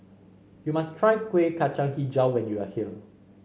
you must try Kuih Kacang hijau when you are here